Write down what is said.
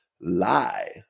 lie